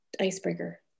icebreaker